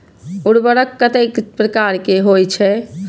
उर्वरक कतेक प्रकार के होई छै?